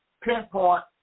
pinpoint